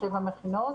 שבע מכינות,